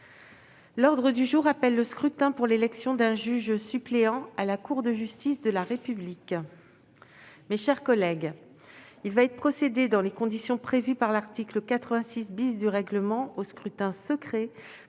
L'ordre du jour appelle le scrutin pour l'élection d'un juge suppléant à la Cour de justice de la République. Mes chers collègues, il va être procédé, dans les conditions prévues par l'article 86 du règlement, au scrutin secret